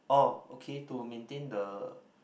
oh okay to maintain the